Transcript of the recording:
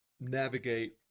navigate